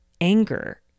anger